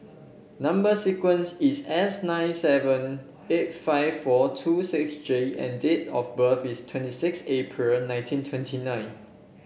number sequence is S nine seven eight five four two six J and date of birth is twenty six April nineteen twenty nine